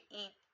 eat